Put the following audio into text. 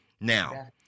Now